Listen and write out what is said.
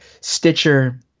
Stitcher